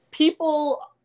People